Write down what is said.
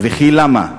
וכי למה?